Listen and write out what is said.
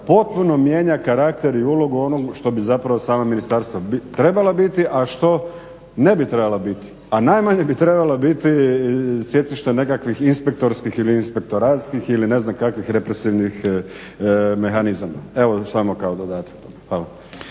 potpuno mijenja karakter i ulogu onog što bi zapravo sama ministarstva trebala biti, a što ne bi trebala biti. A najmanje bi trebala biti stjecište nekakvih inspektorskih ili inspektoratskih ili ne znam kakvih represivnih mehanizama. Evo, samo kao dodatak. Hvala.